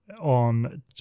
on